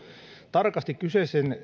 tarkasti kyseisen